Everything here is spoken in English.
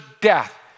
death